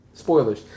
Spoilers